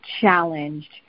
challenged